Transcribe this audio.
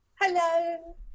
Hello